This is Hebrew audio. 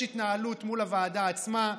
יש התנהלות מול הוועדה עצמה,